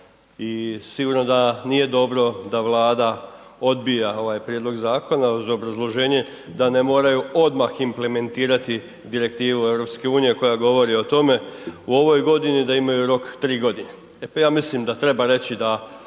i sigurno da nije dobro da Vlada odbija ovaj prijedlog zakona uz obrazloženje da ne moraju odmah implementirati Direktivu EU koja govori o tome u ovoj godini da imaju rok 3 godine. E pa ja mislim da treba reći da